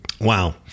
Wow